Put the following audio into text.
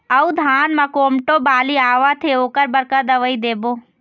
अऊ धान म कोमटो बाली आवत हे ओकर बर का दवई देबो?